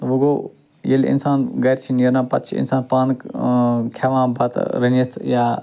وۄنۍ گوٚو ییٚلہِ اِنسان گَرِ چھ نیران پَتہٕ چھ اِنسان پانہٕ کھٮ۪وان بَتہٕ رٔنِتھ یا